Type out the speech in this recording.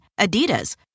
Adidas